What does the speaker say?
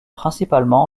principalement